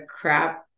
crap